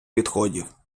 відходів